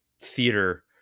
theater